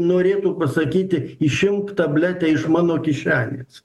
norėtų pasakyti išimk tabletę iš mano kišenės